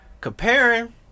comparing